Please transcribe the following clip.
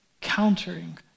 countering